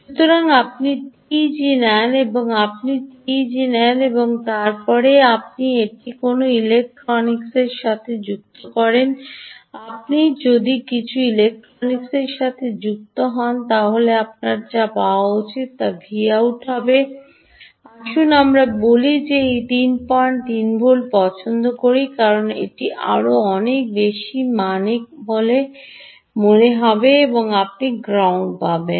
সুতরাং আপনি টিইজি নেন এবং তারপরে আপনি এটি কোনও ইলেক্ট্রনিক্সের সাথে সংযুক্ত করেন আপনি কিছু ইলেক্ট্রনিক্সের সাথে সংযুক্ত হন আপনার যা পাওয়া উচিত তা Vout হবে আসুন আমরা বলি যে আমি এই 33 ভোল্ট পছন্দ করি কারণ এটি আরও বেশি মানক বলে মনে হচ্ছে এবং আপনি গ্রাউন্ড পাবেন